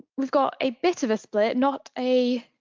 we've got a bit of a split, not a,